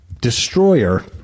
destroyer